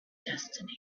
destiny